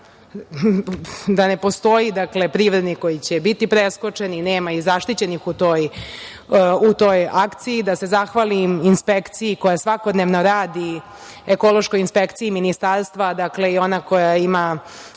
da ne postoji privrednik koji će biti preskočen i nema zaštićenih u toj akciji, da se zahvalim inspekciji koja svakodnevno radi, ekološkoj inspekciji Ministarstva, dakle, i ona koja ima